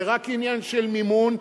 זה רק עניין של מימון,